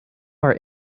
our